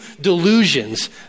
delusions